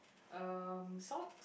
um socks